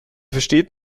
versteht